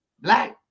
black